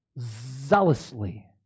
zealously